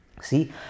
See